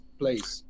place